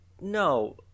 no